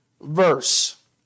verse